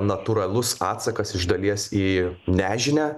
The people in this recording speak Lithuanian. natūralus atsakas iš dalies į nežinią